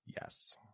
Yes